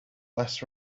less